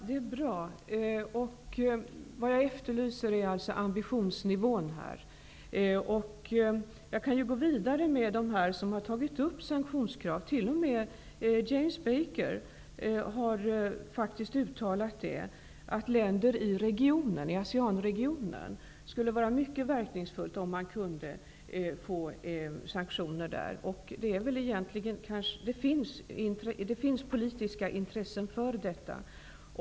Fru talman! Det är bra. Det jag efterlyser är alltså ambitionsnivån. Jag kan gå vidare med dem som har tagit upp sanktionskrav. T.o.m. James Baker har faktiskt uttalat att det skulle vara mycket verkningsfullt om man kunde få till stånd sanktioner i länder i ASEAN-regionen. Det finns politiskt intresse för detta.